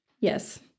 Yes